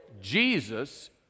Jesus